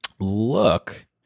look